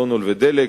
"סונול" ו"דלק",